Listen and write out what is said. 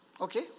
Okay